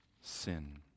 sin